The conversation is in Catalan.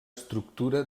estructura